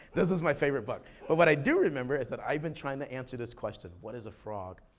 this was my favorite book. but what i do remember is that i've been trying to answer this question, what is a frog,